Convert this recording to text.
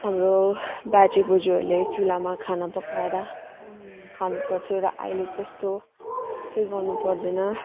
हाम्रो बाजेबोजुहरले चुलामा खाना पकाएर खानुपर्थ्यो र अहिले त्यस्तो चाहिँ गर्नु पर्दैन